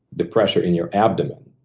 the pressure in your abdomen,